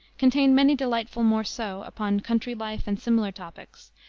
contain many delightful morceaux upon country life and similar topics,